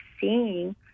seeing